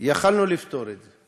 יכולנו לפתור את זה.